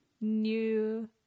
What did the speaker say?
new